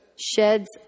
sheds